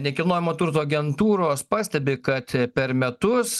nekilnojamo turto agentūros pastebi kad per metus